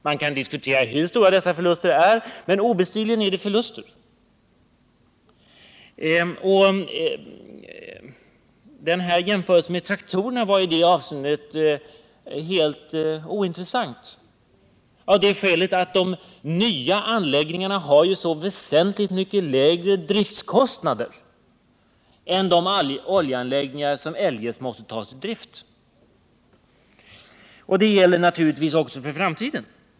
Man kan diskutera hur stora dessa förluster är, men obestridligen rör det sig om förluster. Jämförelsen med traktorerna var i det avseendet helt ointressant av det skälet att de nya anläggningarna har så väsentligt mycket lägre driftkostnader än de oljeanläggningar som eljest måste tas i anspråk. Detta gäller naturligtvis också för framtiden.